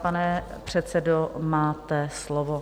Pane předsedo, máte slovo.